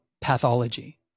Pathology